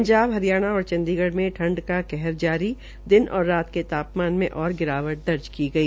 पंजाब हरियाणा और चंडीगढ़ में ठंड का कहर जारी दिन और रात के तापमान में और गिरावट दर्ज की गई